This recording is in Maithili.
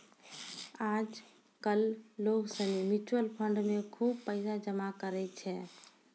आज कल लोग सनी म्यूचुअल फंड मे खुब पैसा जमा करै छै